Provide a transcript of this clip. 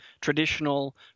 traditional